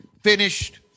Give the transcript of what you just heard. finished